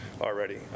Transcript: already